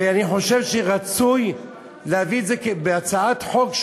ואני חושב שרצוי להביא את זה כהצעת חוק,